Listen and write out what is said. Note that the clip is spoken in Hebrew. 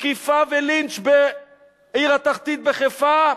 תקיפה ולינץ' בעיר התחתית בחיפה,